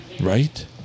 Right